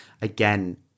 again